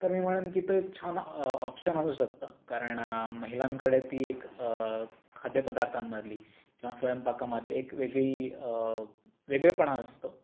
तर मी म्हणेन की तो एक छान ऑप्शन असू शकतं कारण महिलांकडे ती एक खाद्यपदार्थांमधली किंवा स्वयंपाकामधली एक वेगळी वेगळेपणा असतो